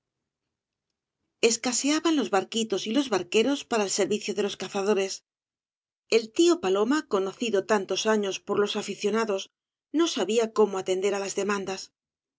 escaseaban los barquitos y los barqueros para servicio de los cazadores el tío paloma conocido tantos años por los aficionados no sabía cómo atender á las demandas